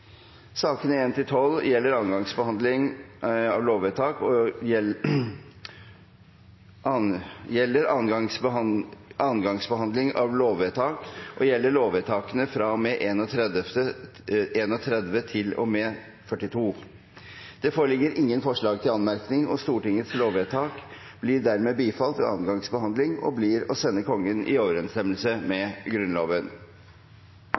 Sakene nr. 1–12 gjelder andre gangs behandling av lovvedtak og gjelder lovvedtakene fra og med 31 til og med 42. Det foreligger ingen forslag til anmerkning, og Stortingets lovvedtak er dermed bifalt ved andre gangs behandling og blir å sende Kongen i overensstemmelse med Grunnloven.